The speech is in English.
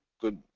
Good